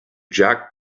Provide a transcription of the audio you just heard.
jack